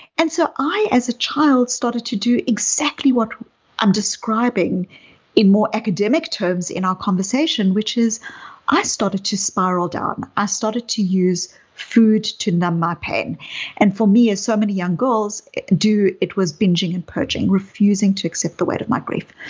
and so i as a child started to do exactly what i'm describing in more academic terms in our conversation, which is i started to spiral down. i started to use food to numb my pain and for me as so many young girls do, it was binging and purging. refusing refusing to accept the weight of my grief.